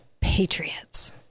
patriots